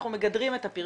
אנחנו מגדרים את הפרסום,